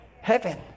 heaven